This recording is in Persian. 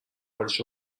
حالش